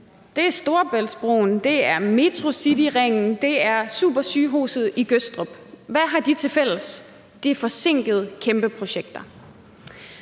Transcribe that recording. Det er Storebæltsbroen, det er Metrocityringen, og det er supersygehuset i Gødstrup. Hvad har de tilfælles? Det er forsinkede kæmpeprojekter.